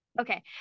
Okay